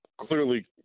clearly